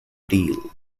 deal